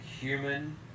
human